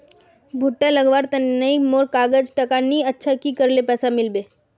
भुट्टा लगवार तने नई मोर काजाए टका नि अच्छा की करले पैसा मिलबे?